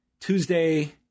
Tuesday